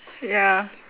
ya